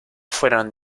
fueron